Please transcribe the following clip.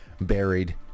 buried